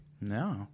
No